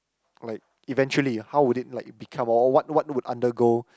like eventually how would it like become all what what would undergo